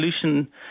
solution